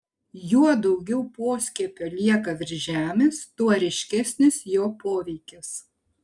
juo daugiau poskiepio lieka virš žemės tuo ryškesnis jo poveikis